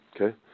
Okay